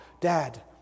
Dad